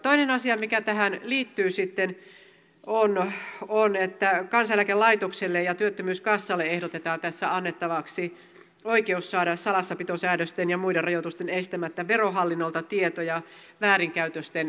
toinen asia mikä tähän liittyy on se että kansaneläkelaitokselle ja työttömyyskassalle ehdotetaan tässä annettavaksi oikeus saada salassapitosäädösten ja muiden rajoitusten estämättä verohallinnolta tietoja väärinkäytösten selvittämiseksi